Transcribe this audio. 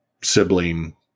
sibling